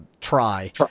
try